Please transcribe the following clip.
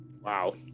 Wow